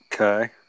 Okay